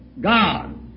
God